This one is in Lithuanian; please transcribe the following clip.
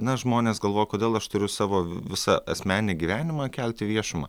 na žmonės galvoja kodėl aš turiu savo visą asmeninį gyvenimą kelti į viešumą